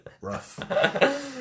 Rough